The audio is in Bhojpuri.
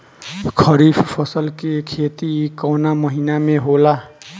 खरीफ फसल के खेती कवना महीना में होला?